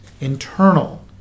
internal